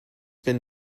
been